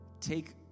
Take